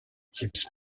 gypsy